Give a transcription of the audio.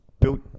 built